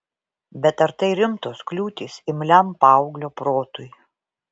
bet ar tai rimtos kliūtys imliam paauglio protui